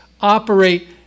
operate